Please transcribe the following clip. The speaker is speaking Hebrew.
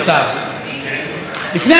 לפני כמה ימים העזתי,